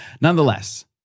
Nonetheless